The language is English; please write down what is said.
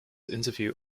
interview